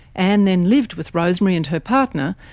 and then lived with rosemary and her partner,